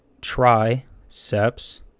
Triceps